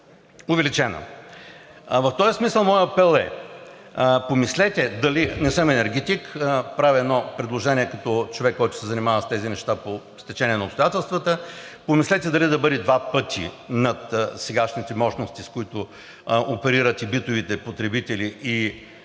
В този смисъл моят апел е: помислете – не съм енергетик, правя едно предложение като човек, който се занимава с тези неща по стечение на обстоятелствата, дали да бъде два пъти над сегашните мощности, с които оперират и битовите потребители, и небитовите